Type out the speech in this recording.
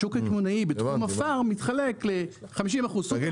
השוק הקמעונאי בתחום הפארם מתחלק ל-50% סופרים --- תגיד